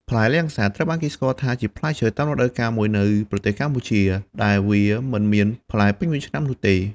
ផ្លែលាំងសាត ត្រូវបានគេស្គាល់ថាជាផ្លែឈើតាមរដូវកាលមួយនៅប្រទេសកម្ពុជា ដែលវាមិនមានផ្លែពេញមួយឆ្នាំនោះទេ។